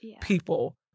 people